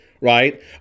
right